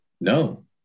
no